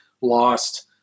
lost